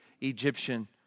Egyptian